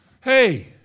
Hey